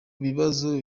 bibazo